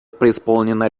преисполнена